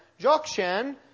Jokshan